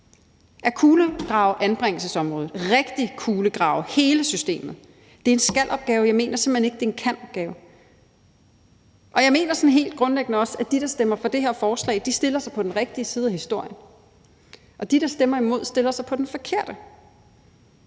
At kulegrave anbringelsesområdet, rigtig kulegrave hele systemet, er en skal-opgave; jeg mener simpelt hen ikke, at det er en kan-opgave. Og jeg mener sådan helt grundlæggende også, at de, der stemmer for det her forslag, stiller sig på den rigtige side af historien, og at de, der stemmer imod, stiller sig på den forkerte